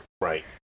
Right